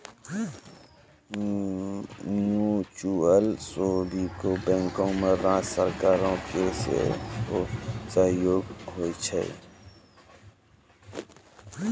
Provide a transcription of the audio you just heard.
mutual saving बैंको मे राज्य सरकारो के सेहो सहयोग होय छै